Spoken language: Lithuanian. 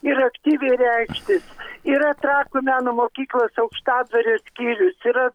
ir aktyviai reikštis yra trakų meno mokyklos aukštadvario skyrius yra